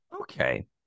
Okay